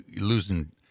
losing